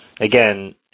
Again